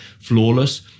flawless